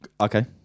Okay